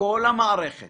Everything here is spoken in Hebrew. מכל המערכת